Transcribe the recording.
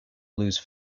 lose